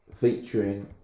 featuring